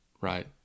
Right